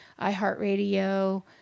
iHeartRadio